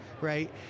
right